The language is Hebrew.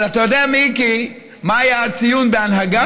אבל אתה יודע, מיקי, מה היה הציון בהנהגה,